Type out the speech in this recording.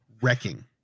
wrecking